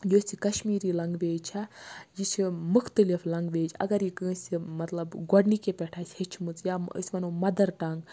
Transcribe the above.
یۄس یہِ کَشمیٖری لینٛگویج چھےٚ یہِ چھِ مُختلِف لینٛگویج اگر یہِ کٲنٛسہِ مَطلِب گۄڈنِکے پیٚٹھٕ آسہِ ہیٚچھمٕژ یا أسۍ وَنو مَدَر ٹَنٛگ